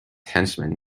henchmen